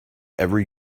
every